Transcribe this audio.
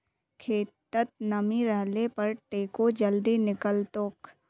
खेतत नमी रहले पर टेको जल्दी निकलतोक